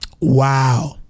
Wow